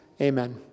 Amen